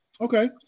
Okay